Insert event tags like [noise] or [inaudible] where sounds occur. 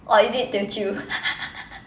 or is it teochew [laughs]